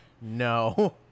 no